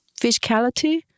physicality